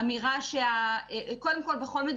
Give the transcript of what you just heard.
קודם כול,